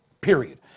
period